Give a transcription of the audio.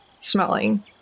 smelling